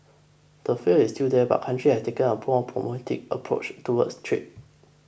the fear is still there but countries have taken a pore pragmatic approach towards trade